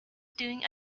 doing